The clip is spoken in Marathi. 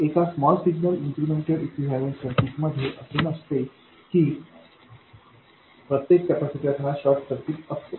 एका स्मॉल सिग्नल इन्क्रिमेंटल इक्विवैलन्ट सर्किटमध्ये असे नसते की प्रत्येक कॅपेसिटर हा शॉर्ट सर्किट असतो